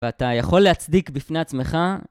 ואתה יכול להצדיק בפני עצמך?